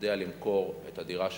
יודע למכור את הדירה שלו.